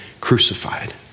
crucified